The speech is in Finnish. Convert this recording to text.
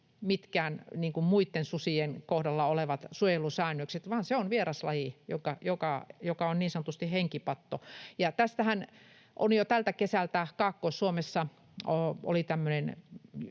mitkään muitten susien kohdalla olevat suojelusäännökset, vaan se on vieraslaji, joka on niin sanotusti henkipatto. Tästähän on jo tältä kesältä esimerkki. Kaakkois-Suomessa